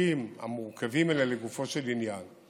בחוקים המורכבים האלה לגופו של עניין.